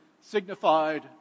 signified